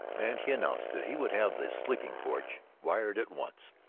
and he announced that he would have the sleeping-porch wired at once.